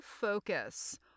focus